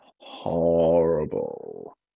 horrible